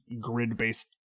grid-based